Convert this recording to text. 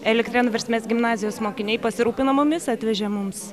elektrėnų versmės gimnazijos mokiniai pasirūpino mumis atvežė mums